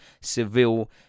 Seville